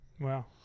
wow